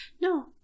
No